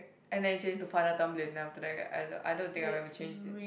and then change to Farhana Tumblr then after that I don't I don't think I will ever change it